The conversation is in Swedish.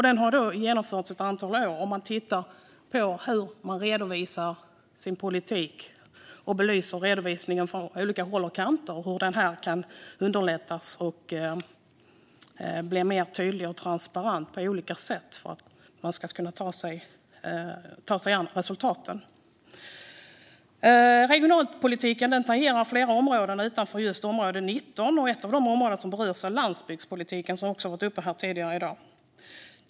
Den har genomförts ett antal år. Man tittar på hur man redovisar sin politik och belyser redovisningen från olika håll och kanter och ser på hur redovisningen kan underlättas och bli mer tydlig och transparent på olika sätt för att man ska kunna ta sig an resultaten. Regionalpolitiken tangerar flera områden utanför just utgiftsområde 19. Ett av de områden som berörs är landsbygdspolitiken, som också har varit uppe här tidigare i dag.